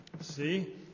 See